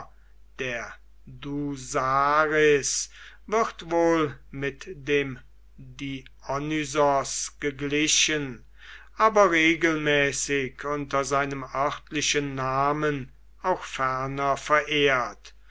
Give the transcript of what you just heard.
der dusaris wird wohl mit dem dionysos geglichen aber regelmäßig unter seinem örtlichen namen auch ferner verehrt